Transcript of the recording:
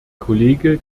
kollege